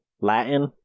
Latin